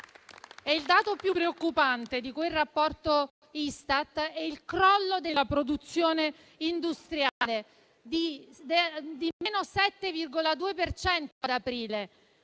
Il dato più preoccupante di quel rapporto Istat è il crollo della produzione industriale: -7,2 per